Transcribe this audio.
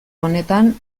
honetan